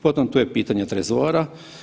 Potom, tu je pitanje trezora.